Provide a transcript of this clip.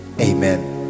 amen